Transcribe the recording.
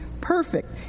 perfect